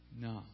No